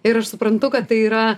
ir aš suprantu kad tai yra